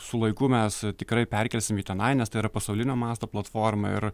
su laiku mes tikrai perkelsim į tenai nes tai yra pasaulinio masto platforma ir